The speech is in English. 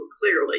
clearly